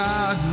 God